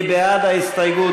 מי בעד ההסתייגות?